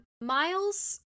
miles